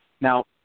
now